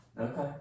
Okay